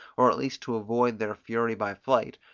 or at least to avoid their fury by flight,